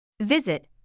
Visit